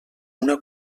una